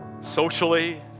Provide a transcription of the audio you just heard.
socially